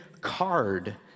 card